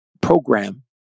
program